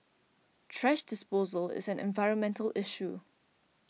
thrash disposal is an environmental issue